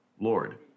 Lord